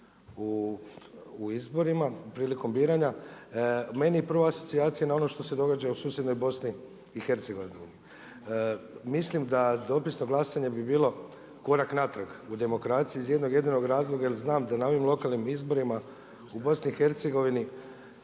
u izborima prilikom biranja. Meni prva asocijacija na ono što se događa u susjednoj Bosni i Hercegovini. Mislim da dopisno glasanje bi bilo korak natrag u demokraciji iz jednog jedinog razloga jer znam da na ovim lokalnim izborima u Bosni i Hercegovini